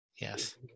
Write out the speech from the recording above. Yes